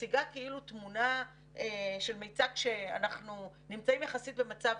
מציגה תמונה של אנחנו נמצאים יחסית במצב